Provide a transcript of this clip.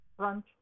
brunch